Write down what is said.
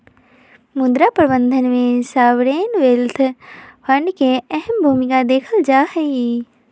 मुद्रा प्रबन्धन में सॉवरेन वेल्थ फंड के अहम भूमिका देखल जाहई